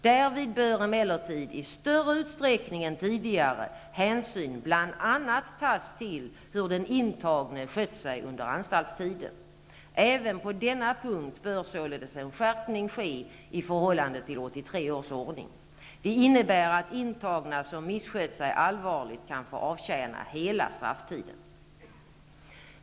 Därvid bör emellertid i större utsträckning än tidigare hänsyn bl.a. tas till hur den intagne skött sig under anstaltstiden. Även på denna punkt bör således en skärpning ske i förhållande till 1983 års ordning. Det innebär att intagna som misskött sig allvarligt kan få avtjäna hela strafftiden.